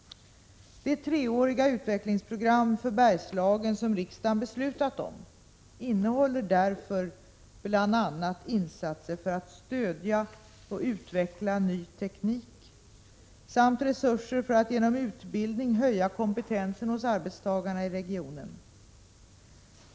Det treåriga utvecklingsprogram för Bergslagen som riksdagen beslutat om innehåller därför bl.a. insatser för att stödja och utveckla ny teknik samt resurser för att genom utbildning höja kompetensen hos arbetstagarna i regionen.